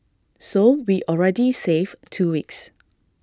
so we already save two weeks